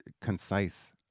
concise